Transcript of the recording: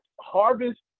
Harvest